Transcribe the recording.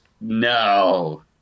No